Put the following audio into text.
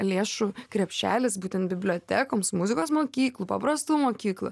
lėšų krepšelis būtent bibliotekoms muzikos mokyklų paprastų mokyklų